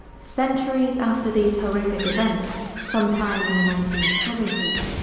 centuries after these horrific events, sometime in the nineteen seventy s,